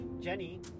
Jenny